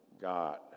God